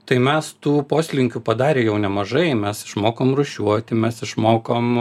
tai mes tų poslinkių padarę jau nemažai mes išmokom rūšiuoti mes išmokom